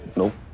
nope